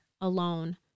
alone